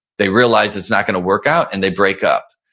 they realize it's not going to work out and they break up.